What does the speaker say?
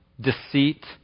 deceit